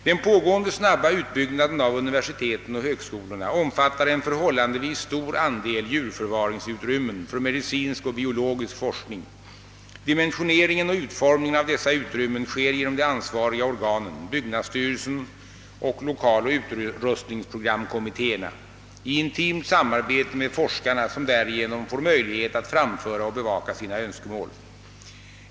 Den pågående snabba utbyggnaden av universiteten och högskolorna omfattar en förhållandevis stor andel djurförvaringsutrymmen för medicinsk och biologisk forskning. Dimensioneringen och utformningen av dessa utrymmen sker genom de ansvariga organen — byggnadsstyrelsen och lokaloch utrustningsprogramkommittéerna — i intimt samarbete med forskarna som därigenom får möjlighet att framföra och bevaka sina önskemål.